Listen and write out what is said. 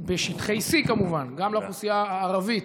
בשטחי C כמובן, גם לאוכלוסייה הערבית,